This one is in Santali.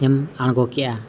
ᱮᱢ ᱟᱬᱜᱚ ᱠᱮᱫᱼᱟ